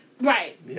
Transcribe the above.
Right